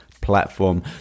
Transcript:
platform